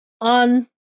on